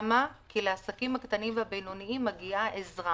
לעסקים הקטנים והבינוניים מגיעה עזרה